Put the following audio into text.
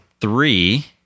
three